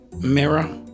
mirror